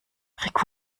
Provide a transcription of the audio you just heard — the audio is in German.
rick